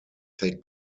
take